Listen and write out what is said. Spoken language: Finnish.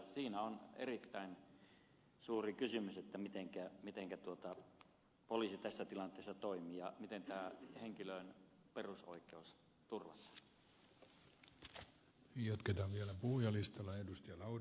siinä on erittäin suuri kysymys mitenkä poliisi tässä tilanteessa toimii ja miten tämän henkilön perusoikeus turvataan